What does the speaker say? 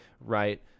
right